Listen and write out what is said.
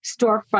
storefront